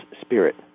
spirit